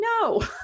No